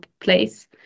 place